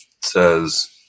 says